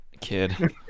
kid